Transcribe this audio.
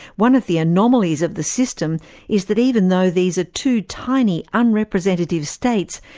one of the anomalies of the system is that even though these are two tiny unrepresentative states,